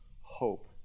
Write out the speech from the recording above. hope